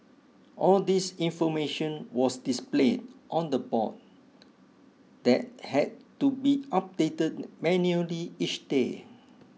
all this information was displayed on the board that had to be updated manually each day